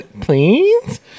Please